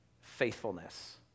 faithfulness